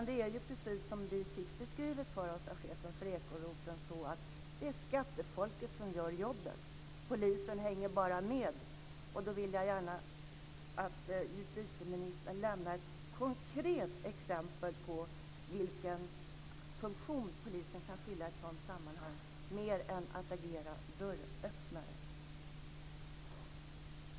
Det är i stället som chefen för ekoroteln beskrev för oss: Det är skattefolket som gör jobbet. Polisen hänger bara med. Därför vill jag gärna att justitieministern lämnar ett konkret exempel på vilken funktion polisen kan fylla i ett sådant sammanhang utöver att agera dörröppnare.